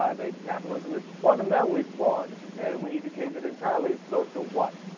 ah they capitalism is fundamentally flawed and we need to change it entirely of so to what